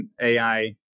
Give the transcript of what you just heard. AI